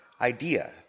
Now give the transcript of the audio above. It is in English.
idea